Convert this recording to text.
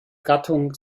gattung